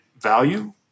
value